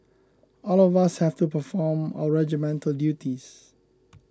all of us have to perform our regimental duties